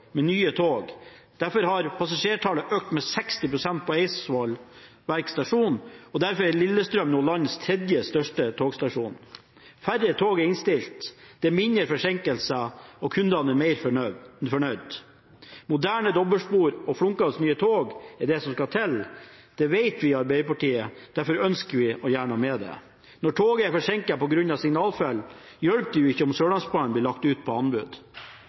med nye tog. Derfor har passasjertallet økt med 60 pst. på Eidsvoll Verk stasjon, og derfor er Lillestrøm nå landets tredje største togstasjon. Færre tog er innstilt, det er færre forsinkelser, og kundene er mer fornøyd. Moderne dobbeltspor og flunkende nye tog er det som skal til. Det vet vi i Arbeiderpartiet, og derfor ønsker vi å gjøre noe med det. Når toget er forsinket på grunn av signalfeil, hjelper det ikke om Sørlandsbanen blir lagt ut på anbud.